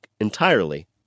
entirely